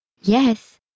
Yes